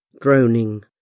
droning